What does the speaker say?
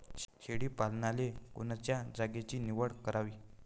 शेळी पालनाले कोनच्या जागेची निवड करावी?